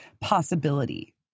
possibility